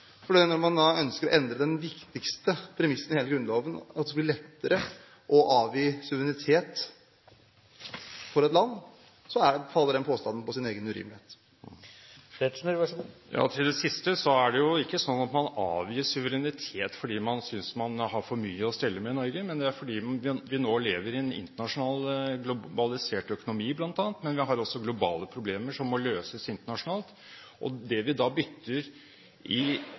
når man ønsker å endre den viktigste premissen i hele Grunnloven, at det skal bli lettere å avgi suverenitet for et land, faller den påstanden på sin egen urimelighet. Til det siste: Det er jo ikke sånn at man avgir suverenitet fordi man synes man har for mye å stelle med i Norge, men det er bl.a. fordi vi nå lever i en internasjonal globalisert økonomi, og vi har også andre globale problemer som må løses internasjonalt. Det vi da bytter i